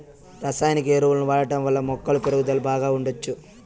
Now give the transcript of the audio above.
రసాయనిక ఎరువులను వాడటం వల్ల మొక్కల పెరుగుదల బాగా ఉండచ్చు